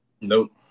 Nope